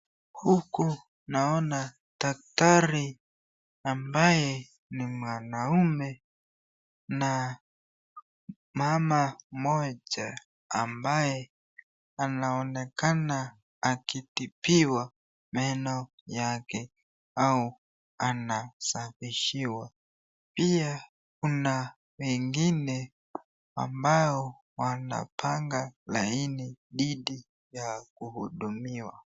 Huku naona daktari ambaye ni mwanaume na mama mmoja ambaye anaonekana akitibiwa neno yake au ana kusafishwa. Pia kuna wengine wanapanga laini dhidi ya kuhudumiwa.